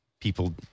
people